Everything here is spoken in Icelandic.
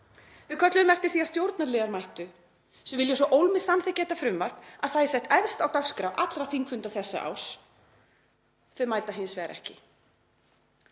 Við kölluðum eftir því að stjórnarliðar mættu, sem vilja svo ólmir samþykkja þetta frumvarp að það er sett efst á dagskrá allra þingfunda þessa árs. Þau mæta hins vegar ekki.